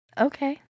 Okay